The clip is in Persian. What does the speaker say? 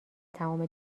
تمام